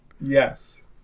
Yes